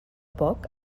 poc